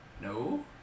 No